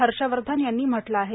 हर्षवर्धन यांनी म्हटलं आहे